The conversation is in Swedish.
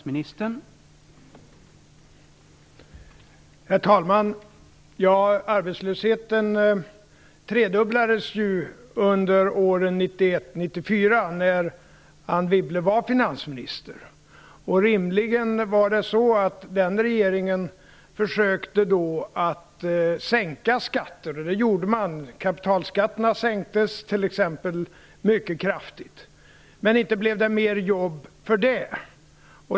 Herr talman! Arbetslösheten tredubblades ju under åren 1991-1994 när Anne Wibble var finansminister. Rimligen var det så att den regeringen försökte att sänka skatter. Det gjorde man också; t.ex. kapitalskatterna sänktes mycket kraftigt. Men inte blev det mer jobb för det.